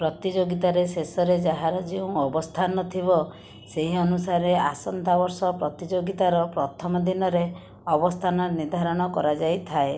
ପ୍ରତିଯୋଗିତାର ଶେଷରେ ଯାହାର ଯେଉଁ ଅବସ୍ଥାନ ଥିବ ସେହି ଅନୁସାରେ ଆସନ୍ତା ବର୍ଷ ପ୍ରତିଯୋଗିତାର ପ୍ରଥମ ଦିନରେ ଅବସ୍ଥାନ ନିର୍ଦ୍ଧାରଣ କରାଯାଇଥାଏ